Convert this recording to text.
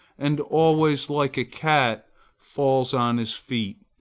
and always like a cat falls on his feet,